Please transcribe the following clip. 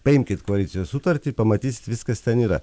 paimkit koalicijos sutartį pamatysit viskas ten yra